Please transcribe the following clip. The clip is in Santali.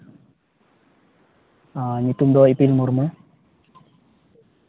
ᱧᱩᱛᱩᱢ ᱫᱚ ᱤᱯᱤᱞ ᱢᱩᱨᱢᱩ